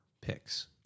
picks